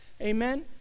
Amen